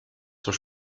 zur